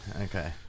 Okay